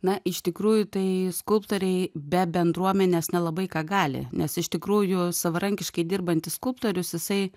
na iš tikrųjų tai skulptoriai be bendruomenės nelabai ką gali nes iš tikrųjų savarankiškai dirbantis skulptorius jisai